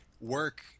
work